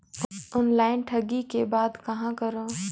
Online ठगी के बाद कहां करों?